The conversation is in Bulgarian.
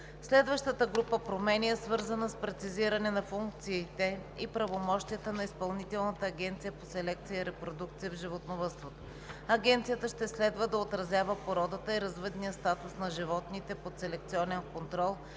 Следващата група промени е свързана с прецизиране на функциите и правомощията на Изпълнителната агенция по селекция и репродукция в животновъдството. Агенцията ще следва да отразява породата и развъдния статус на животните под селекционен контрол